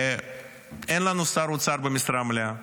ואין לנו שר אוצר במשרה מלאה.